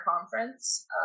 conference